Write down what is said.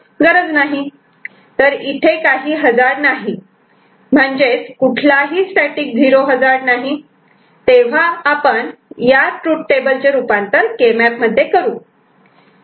तर इथे काही हजार्ड नाही म्हणजेच कुठलाही स्टॅटिक 0 हजार्ड नाही तेव्हा आपण या ट्रूथ टेबल चे रूपांतर केमॅप मध्ये करू